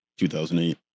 2008